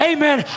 Amen